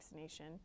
vaccination